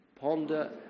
ponder